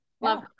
Love